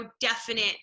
definite